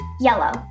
yellow